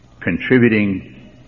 contributing